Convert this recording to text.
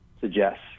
suggests